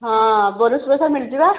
ହଁ ମିଳି ଯିବ